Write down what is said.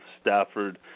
Stafford